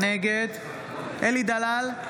נגד אלי דלל,